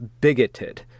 bigoted